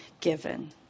given